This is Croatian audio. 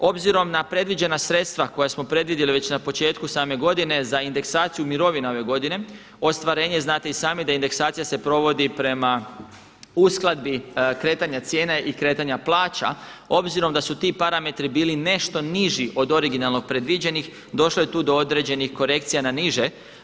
Obzirom na predviđena sredstva koja smo predvidjeli već na početku same godine za indeksaciju mirovina ove godine ostvarenje znate i sami da indeksacija se provodi prema uskladbi kretanja cijena i kretanja plaća obzirom da su ti parametri bili nešto niži od originalno predviđenih došlo je tu do određenih korekcija na niže.